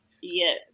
Yes